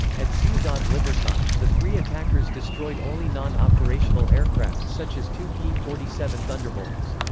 at ciudad libertad, the three attackers destroyed only non-operational aircraft such as two p forty seven thunderbolts.